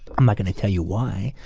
i'm not going to tell you why.